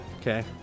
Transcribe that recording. Okay